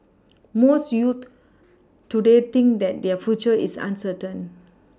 most youths today think that their future is uncertain